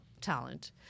talent